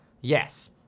yes